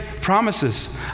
promises